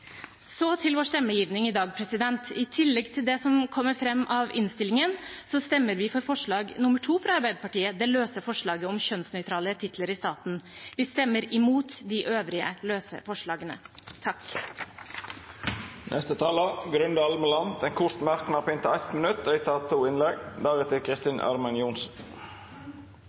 Så til vår stemmegivning i dag: I tillegg til det som kommer fram av innstillingen, stemmer vi for forslag nr. 2, fra Arbeiderpartiet, om kjønnsnøytrale titler i staten. Vi stemmer mot de øvrige forslagene. Representanten Grunde Almeland har hatt ordet to gonger tidlegare og får ordet til ein kort merknad, avgrensa til 1 minutt. Representanten Karin Andersen regner jeg med sikter til mitt innlegg,